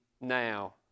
now